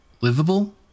Livable